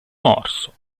morso